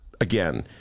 again